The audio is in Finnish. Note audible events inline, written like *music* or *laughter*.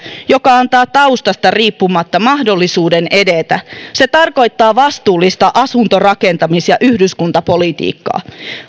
joka antaa taustasta riippumatta mahdollisuuden edetä *unintelligible* se tarkoittaa vastuullista asuntorakentamis ja yhdyskuntapolitiikkaa